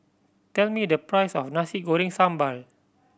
tell me the price of Nasi Goreng Sambal